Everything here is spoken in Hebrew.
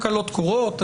תקלות קורות,